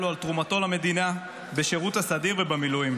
לו על תרומתו למדינה בשירות הסדיר ובמילואים.